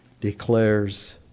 declares